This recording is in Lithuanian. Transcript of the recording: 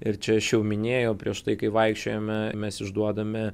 ir čia aš jau minėjau prieš tai kai vaikščiojome mes išduodame